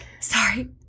Sorry